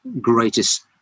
greatest